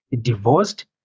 Divorced